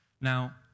Now